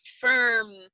firm